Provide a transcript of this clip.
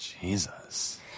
Jesus